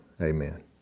Amen